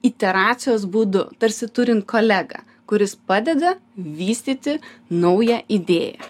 iteracijos būdu tarsi turint kolegą kuris padeda vystyti naują idėją